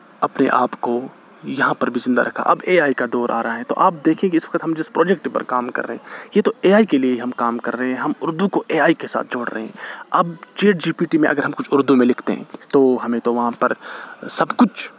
اپنے آپ کو یہاں پر بھی زندہ رکھا اب اے آئی کا دور آ رہا ہے تو آپ دیکھیں اس وقت ہم جس پروجیکٹ پر کام کر رہے ہیں یہ تو اے آئی کے لیے ہی ہم کام کر رہے ہیں ہم اردو کو اے آئی کے ساتھ جوڑ رہے ہیں اب چیٹ جی پی ٹی میں اگر ہم کچھ اردو میں لکھتے ہیں تو ہمیں تو وہاں پر سب کچھ